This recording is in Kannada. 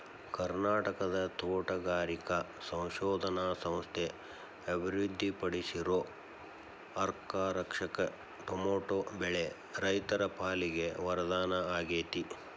ಕರ್ನಾಟಕದ ತೋಟಗಾರಿಕಾ ಸಂಶೋಧನಾ ಸಂಸ್ಥೆ ಅಭಿವೃದ್ಧಿಪಡಿಸಿರೋ ಅರ್ಕಾರಕ್ಷಕ್ ಟೊಮೆಟೊ ಬೆಳೆ ರೈತರ ಪಾಲಿಗೆ ವರದಾನ ಆಗೇತಿ